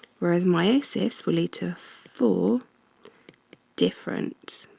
whereas meiosis will lead to four different